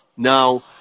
Now